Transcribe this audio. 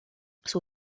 suo